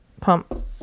Pump